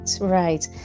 right